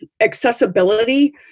accessibility